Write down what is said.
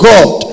God